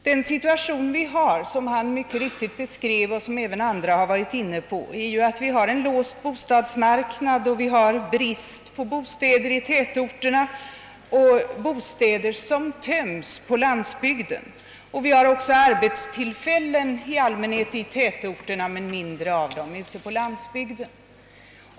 Den situation vi för närvarande har och som herr Persson i Heden mycket riktigt beskrev beror på att vi har en låst bostadsmarknad med brist på bostäder i tätorterna och tomma bostäder på landsbygden. Arbetstillfällena finns i allmänhet i tätorterna och i mindre utsträckning på landsbygden.